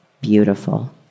beautiful